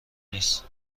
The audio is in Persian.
نیست